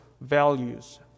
values